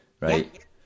right